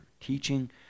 teaching